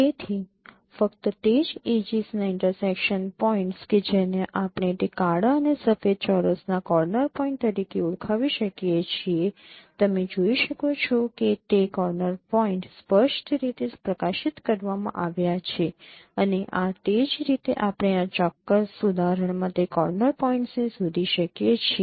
તેથી ફક્ત તે જ એડજીસના ઇન્ટરસેકશન પોઇન્ટ્સ કે જેને આપણે તે કાળા અને સફેદ ચોરસના કોર્નર પોઇન્ટ તરીકે ઓળખાવી શકીએ છીએ તમે શોધી શકો છો કે તે કોર્નર પોઇન્ટ સ્પષ્ટ રીતે પ્રકાશિત કરવામાં આવ્યા છે અને આ તે જ રીતે આપણે આ ચોક્કસ ઉદાહરણમાં તે કોર્નર પોઇન્ટ્સને શોધી શકીએ છીએ